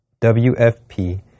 WFP